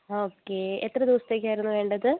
okay എത്ര ദിവസത്തേക്കായിരുന്നു വേണ്ടത്